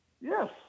yes